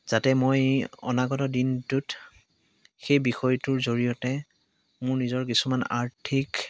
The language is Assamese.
যাতে মই অনাগত দিনটোত সেই বিষয়টোৰ জৰিয়তে মোৰ নিজৰ কিছুমান আৰ্থিক